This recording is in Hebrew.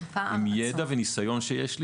עם ידע וניסיון שיש לי,